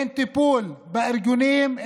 אין טיפול בארגונים,